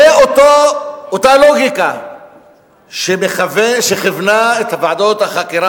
זה אותה לוגיקה שכיוונה את ועדות החקירה